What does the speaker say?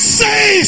say